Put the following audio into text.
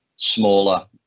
smaller